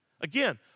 Again